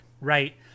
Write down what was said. right